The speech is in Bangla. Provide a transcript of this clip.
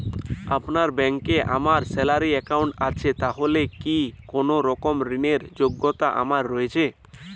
আপনার ব্যাংকে আমার স্যালারি অ্যাকাউন্ট আছে তাহলে কি কোনরকম ঋণ র যোগ্যতা আমার রয়েছে?